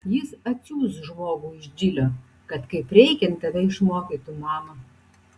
jis atsiųs žmogų iš džilio kad kaip reikiant tave išmokytų mama